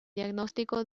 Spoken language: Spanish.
diagnóstico